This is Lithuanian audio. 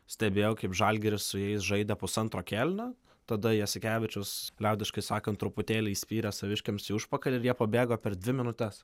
stebėjau kaip žalgiris su jais žaidė pusantro kėlinio tada jasikevičius liaudiškai sakant truputėlį įspyrė saviškiams į užpakalį ir jie pabėgo per dvi minutes